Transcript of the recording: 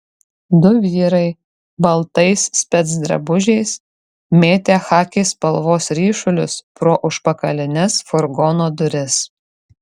du vyrai baltais specdrabužiais mėtė chaki spalvos ryšulius pro užpakalines furgono duris